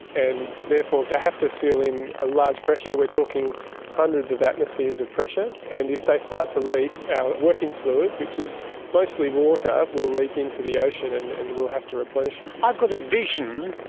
and therefore they have to seal in a large pressure, we're talking hundreds of atmospheres of pressure. and if they start to leak, our working fluid, which is mostly water, will leak into the ocean and we and will have to replenish it. i've got a vision,